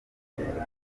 ntibigurwa